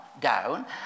down